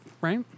Right